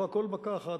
לא הכול במכה אחת,